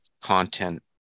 content